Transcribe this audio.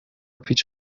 پیچ